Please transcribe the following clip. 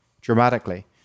dramatically